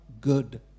good